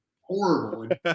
horrible